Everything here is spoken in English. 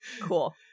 cool